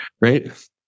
right